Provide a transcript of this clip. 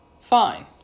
Fine